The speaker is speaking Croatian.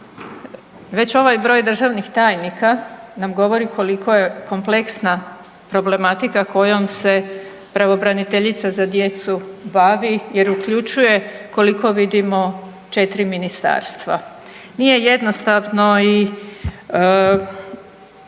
Već ovaj broj državnih tajnika nam govori koliko je kompleksna problematika kojom se pravobraniteljica za djecu bavi, jer uključuje koliko vidimo 4 ministarstva. Nije jednostavno i